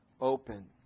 open